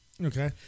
Okay